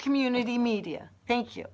community media thank you